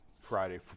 Friday